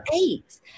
eight